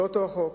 זה לא אותו החוק,